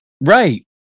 Right